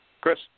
Chris